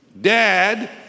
Dad